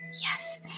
Yes